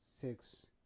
six